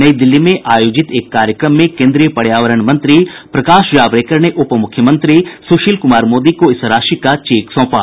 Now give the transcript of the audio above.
नई दिल्ली में आयोजित एक कार्यक्रम में केन्द्रीय पर्यावरण मंत्री प्रकाश जावड़ेकर ने उपमुख्यमंत्री सुशील कुमार मोदी को इस राशि का चेक सौंपा